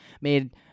made